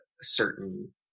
certain